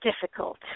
difficult